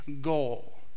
goal